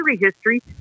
history